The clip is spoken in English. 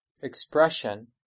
expression